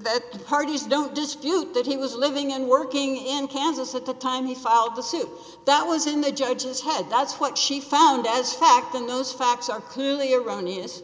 that the parties don't dispute that he was living and working in kansas at the time he filed the suit that was in the judge's had that's what she found as fact in those facts are clearly erroneous